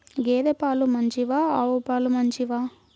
గేద పాలు మంచివా ఆవు పాలు మంచివా?